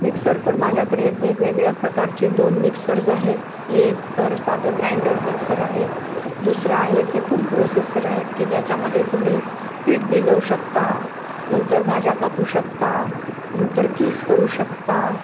mixer पण माझ्याकडे वेगवेगळ्या प्रकारचे दोन मिक्सर्स आहेत एक तर साधं ग्राइंडर मिक्सर आहे दुसरं आहे ते फूड प्रोसेसर आहेत की ज्याच्यामध्ये तुम्ही पीठ भिजवू शकता नंतर भाज्या कापू शकता नंतर कीस करू शकता